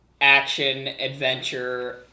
action-adventure